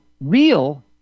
real